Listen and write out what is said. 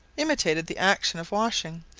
imitated the action of washing,